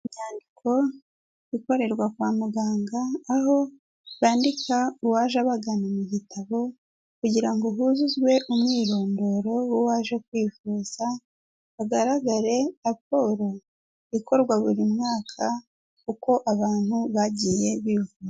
Imyandiko ikorerwa kwa muganga, aho bandika uwaje abagana mu gitabo kugira ngo huzuzwe umwirondoro w'uwaje kwivuza, hagaragare raporo ikorwa buri mwaka uko abantu bagiye bivuza.